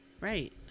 Right